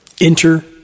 Enter